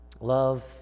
love